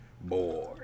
Boy